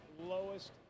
lowest